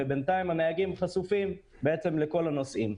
ובינתיים הנהגים חשופים לכל הנוסעים.